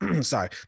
sorry